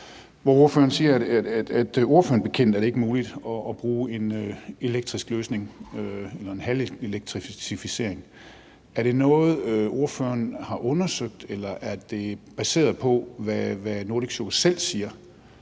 hvor ordføreren siger, at det ordføreren bekendt ikke er muligt at bruge en elektrisk løsning eller en halvelektrificering. Er det noget, ordføreren har undersøgt, eller er det baseret på, hvad Nordic Sugar selv siger?